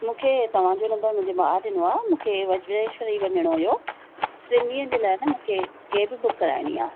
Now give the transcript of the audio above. मूंखे तव्हांजो नंबर मुंहिंजे भाउ ॾिनो आहे मूंखे वज्रेश्वरी वञिणो होयो टीनि ॾींहंनि जे लाइ न मूंखे केब बुक कराइणी आहे